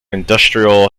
industrial